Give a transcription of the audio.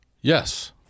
Yes